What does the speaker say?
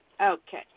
Okay